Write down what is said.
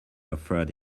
offered